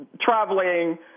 traveling